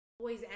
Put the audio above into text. Boys